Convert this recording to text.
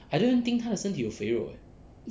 I don't think 她的身体有肥肉 eh